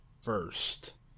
first